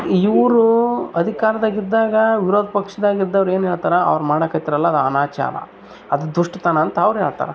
ಇವರು ಅಧಿಕಾರ್ದಾಗ್ ಇದ್ದಾಗ ವಿರೋಧ ಪಕ್ಷದಾಗ ಇದ್ದವ್ರು ಏನು ಹೇಳ್ತಾರ ಅವ್ರು ಮಾಡೋಕತ್ರ್ ಅಲ್ಲ ಅದು ಅನಾಚಾರ ಅದು ದುಷ್ಟತನ ಅಂತ ಅವ್ರು ಹೇಳ್ತಾರ